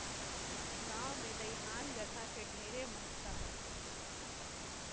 गांव मे दइहान जघा के ढेरे महत्ता होथे